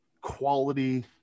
quality